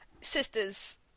sisters